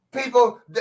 People